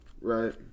Right